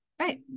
Right